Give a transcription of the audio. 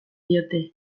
diote